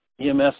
EMS